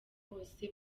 bose